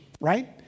right